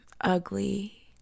ugly